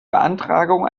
beantragung